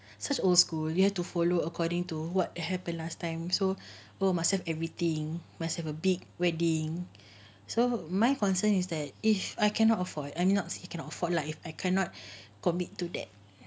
such old school you have to follow according to what happened last time so we must have everything must have a big wedding so my concern is that if I cannot afford I mean not he cannot afford lah if I cannot commit to that